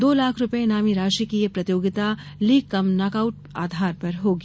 दो लाख रुपये इनामी राशि की ये प्रतियोगिता लीग कम नॉकआउट आधार पर होगी